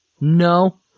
no